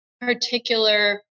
particular